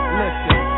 listen